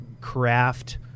craft